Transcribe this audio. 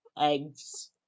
Eggs